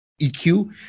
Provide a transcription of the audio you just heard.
eq